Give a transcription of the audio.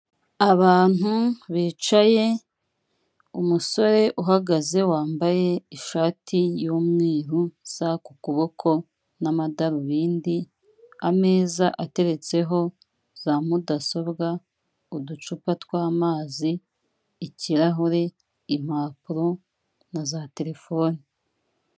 Abantu bicaye umusore uhagaze wambaye ishati y'umweru isa ku kuboko n'amadarubindi, ameza ateretseho za mudasobwa, uducupa tw'amazi, ikirahure, impapuro na za terefone.